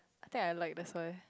I think I like that's why